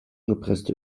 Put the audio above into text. gepresste